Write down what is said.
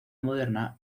moderna